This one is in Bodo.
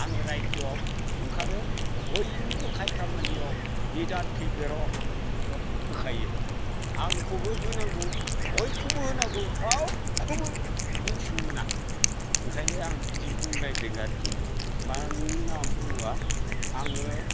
आङो राइजोआव ओंखारो बयनिबो खाय खामानियाव निदान खैफोदाव आं मदद होखायो आंखौबो होनांगौ बयखौबो होनांगौ रावखौबो नेवसिनो मोना ओंखायनो आं बिदि बुंलायदों आरोखि मानो होनना बुङोबा आङो